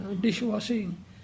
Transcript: dishwashing